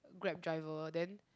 grab driver then